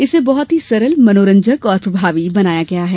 इसे बहत ही सरल मनोरंजक और प्रभावी बनाया गया है